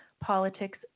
politics